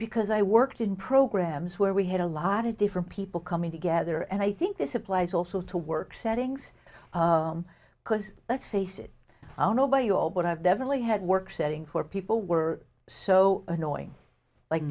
because i worked in programs where we had a lot of different people coming together and i think this applies also to work settings because let's face it nobody you all but i've definitely had work setting where people were so annoying like